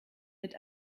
mit